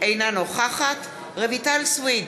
אינה נוכחת רויטל סויד,